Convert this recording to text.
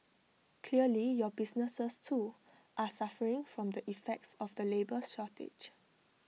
clearly your businesses too are suffering from the effects of the labour shortage